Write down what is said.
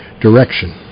direction